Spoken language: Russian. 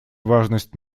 важность